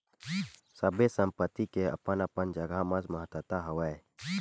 सबे संपत्ति के अपन अपन जघा म महत्ता हवय